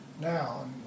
now